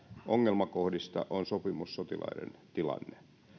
ongelmakohdista on sopimussotilaiden tilanne